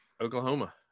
Oklahoma